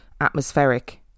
atmospheric